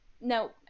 No